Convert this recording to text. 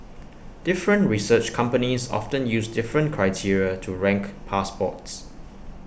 different research companies often use different criteria to rank passports